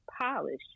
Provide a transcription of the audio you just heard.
polished